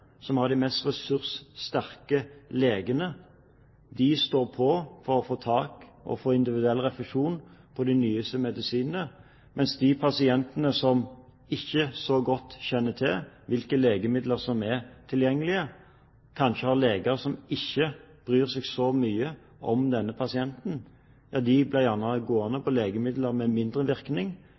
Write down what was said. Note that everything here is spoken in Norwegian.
som har de mest ressurssterke legene, står på for å få individuell refusjon på de nyeste medisinene, mens de pasientene som ikke så godt kjenner til hvilke legemidler som er tilgjengelige, og som kanskje har leger som ikke bryr seg så mye om denne pasienten, gjerne blir gående på legemidler med mindre virkning,